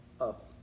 up